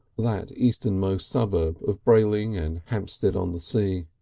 that easternmost suburb of brayling and hampsted-on-the-sea.